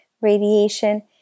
radiation